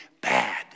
bad